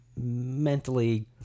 mentally